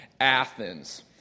Athens